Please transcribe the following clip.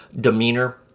demeanor